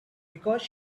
because